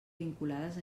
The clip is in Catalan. vinculades